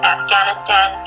Afghanistan